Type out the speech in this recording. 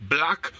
Black